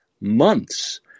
months